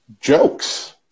jokes